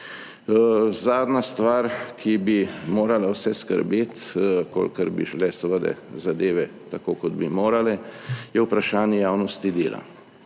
Zadnja stvar, ki bi morala vse skrbeti, kolikor bi šle seveda zadeve tako, kot bi morale, je vprašanje javnosti dela.